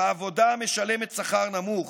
בעבודה המשלמת שכר נמוך.